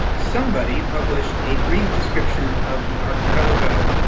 somebody published a brief description of the archipelago